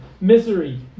misery